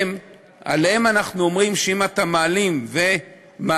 עליהם אנחנו אומרים שאם אתה מעלים ומעביר,